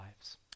lives